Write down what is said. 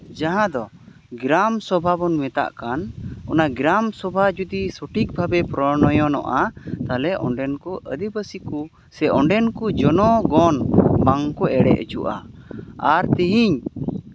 ᱡᱟᱦᱟᱸ ᱫᱚ ᱜᱨᱟᱢ ᱥᱚᱵᱷᱟ ᱵᱚᱱ ᱢᱮᱛᱟᱜ ᱠᱟᱱ ᱚᱱᱟ ᱜᱨᱟᱢ ᱥᱚᱵᱷᱟ ᱡᱚᱫᱤ ᱥᱚᱴᱷᱤᱠ ᱵᱷᱟᱵᱮ ᱯᱨᱚᱱᱚᱭᱚᱱᱚᱜᱼᱟ ᱛᱟᱦᱚᱞᱮ ᱚᱸᱰᱮᱱ ᱠᱚ ᱟᱹᱫᱤᱵᱟᱹᱥᱤ ᱠᱚ ᱥᱮ ᱚᱸᱰᱮᱱ ᱠᱚ ᱡᱚᱱᱚᱜᱚᱱ ᱵᱟᱝᱠᱚ ᱮᱲᱮ ᱦᱚᱪᱚᱜᱼᱟ ᱟᱨ ᱛᱮᱦᱮᱧ